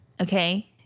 Okay